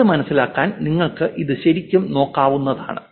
ഇത് മനസ്സിലാക്കാൻ നിങ്ങൾക്ക് ഇത് ശരിക്കും നോക്കാവുന്നതാണ്